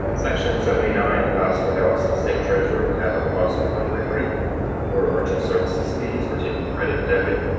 section seventy nine allows for the office of the state treasurer to have a cost recovery rate for merchant services fees for taking credit, debit,